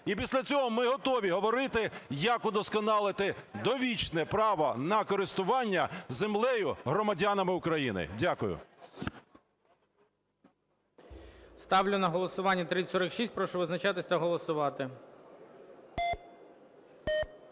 І після цього ми готові говорити як удосконалити довічне право на користування землею громадянами України. Дякую. ГОЛОВУЮЧИЙ. Ставлю на голосування 3046. Прошу визначатись та голосувати.